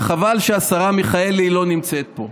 חבל שהשרה מיכאלי לא נמצאת פה.